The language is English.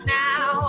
now